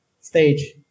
stage